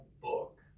book